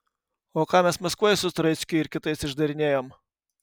o ką mes maskvoj su troickiu ir kitais išdarinėjom